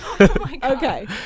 Okay